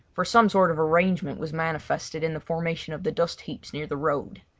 for some sort of arrangement was manifested in the formation of the dust heaps near the road.